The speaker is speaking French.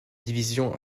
division